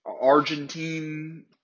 Argentine